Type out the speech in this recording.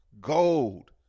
gold